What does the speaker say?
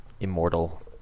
immortal